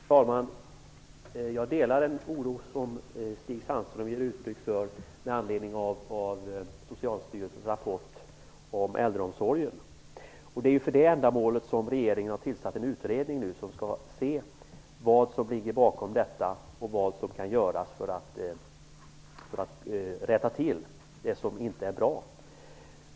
Herr talman! Jag delar den oro som Stig Sandström ger uttryck för med anledning av Socialstyrelsens rapport om äldreomsorgen. För detta ändamål har regeringen tillsatt en utredning som skall ta reda på vad som ligger bakom detta och vad som kan göras för att rätta till det som inte är bra.